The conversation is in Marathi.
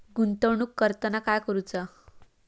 गुंतवणूक करताना काय करुचा?